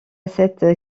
cette